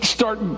start